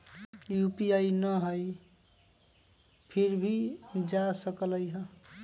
UPI न हई फिर भी जा सकलई ह?